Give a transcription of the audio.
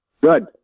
Good